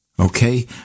Okay